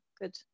good